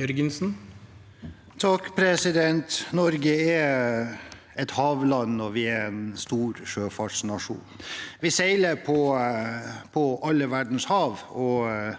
(R) Norge er et havland, og vi er en stor sjøfartsnasjon. Vi seiler på alle verdens hav, og